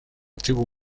tribu